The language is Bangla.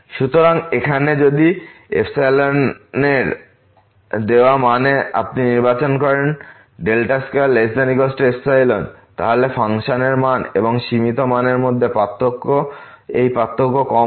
সুতরাং এখানে যদি এর দেওয়া মানে আপনি নির্বাচন করেন 2≤ϵ তাহলে ফাংশন মান এবং এর সীমিত মানের মধ্যে এই পার্থক্য কম হবে